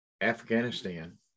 Afghanistan